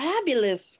fabulous